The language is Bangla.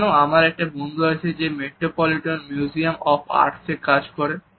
তুমি জানো আমার এক বন্ধু আছে যে মেট্রোপলিটন মিউজিয়াম অফ আর্টে কাজ করে